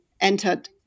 entered